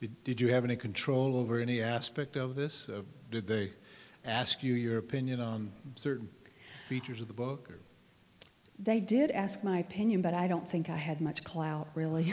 did you have any control over any aspect of this did they ask you your opinion on certain features of the book they did ask my opinion but i don't think i had much clout really